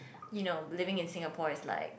you know living in Singapore is like